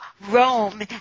Rome